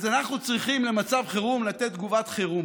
אז למצב חירום אנחנו צריכים לתת תגובת חירום.